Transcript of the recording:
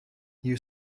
you